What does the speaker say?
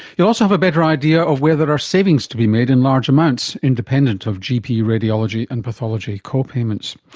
you'll also have a better idea of where there are savings to be made in large amounts, independent of gp, radiology and pathology co-payments.